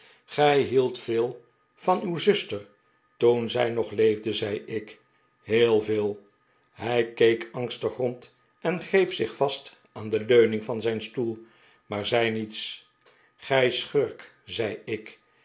gij hieldt heel veel van uw zuster toen zij nog ieefde zei ik heel veel hij keek angstig rond en greep zieh vast aan de leuning van zijn stoel maar zei niets gij schurk zei ik